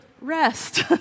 rest